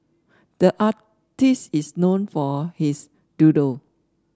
the artist is known for his doodle